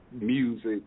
music